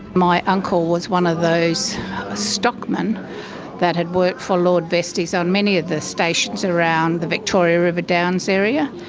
my uncle was one of those stockmen that had worked for lord vestey so on many of the stations around the victoria river downs area.